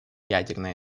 ядерной